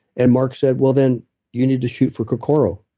and mark said, well, then you need to shoot for kokoro,